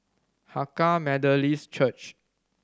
Hakka Methodist Church